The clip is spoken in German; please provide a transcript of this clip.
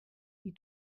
die